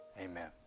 amen